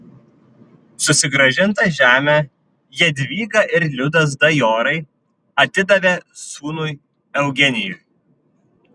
susigrąžintą žemę jadvyga ir liudas dajorai atidavė sūnui eugenijui